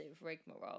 rigmarole